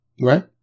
Right